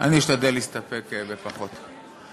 אני אשתדל להסתפק בפחות.